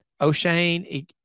O'Shane